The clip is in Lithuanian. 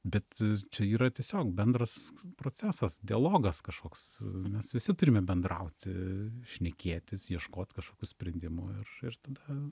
bet čia yra tiesiog bendras procesas dialogas kažkoks mes visi turime bendrauti šnekėtis ieškot kažkokių sprendimų ir ir tada